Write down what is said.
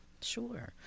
Sure